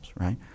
right